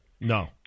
No